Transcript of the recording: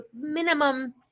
Minimum